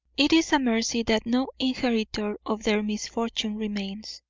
it is a mercy that no inheritor of their misfortune remains,